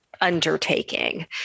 undertaking